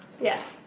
Yes